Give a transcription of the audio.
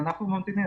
אנחנו ממתינים.